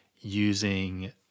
using